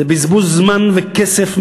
זה בזבוז זמן וכסף,